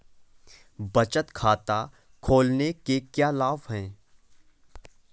बचत खाता खोलने के क्या लाभ हैं?